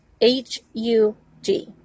H-U-G